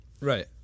Right